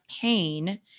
pain